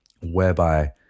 whereby